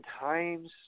times